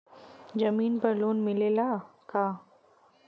जमीन पर लोन मिलेला का?